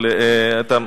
אבל אתה,